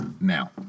Now